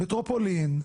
מטרופולין.